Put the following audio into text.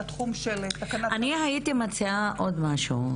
אני הייתי מציעה עוד משהו.